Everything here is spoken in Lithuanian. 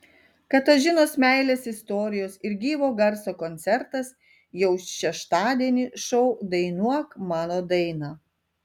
katažinos meilės istorijos ir gyvo garso koncertas jau šeštadienį šou dainuok mano dainą